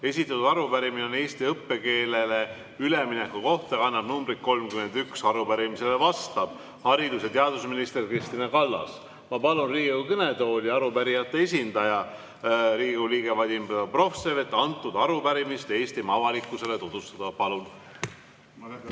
Esitatud arupärimine on eesti õppekeelele ülemineku kohta ja kannab numbrit 31, arupärimisele vastab haridus- ja teadusminister Kristina Kallas. Ma palun Riigikogu kõnetooli arupärijate esindaja, Riigikogu liikme Vadim Belobrovtsevi, et arupärimist Eestimaa avalikkusele tutvustada.